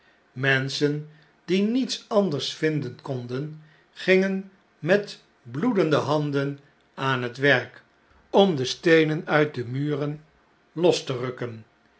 menschen die niets anders vinden konden gingen met bloedende handen aan het werk om de steenen uit de muren los te rukken